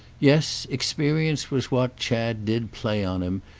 yes, experience was what chad did play on him,